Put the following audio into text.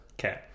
okay